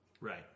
Right